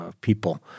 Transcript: people